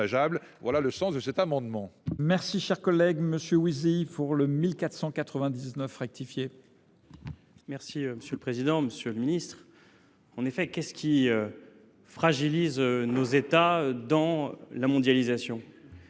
C’est le sens de cet amendement,